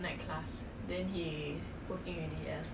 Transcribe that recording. orh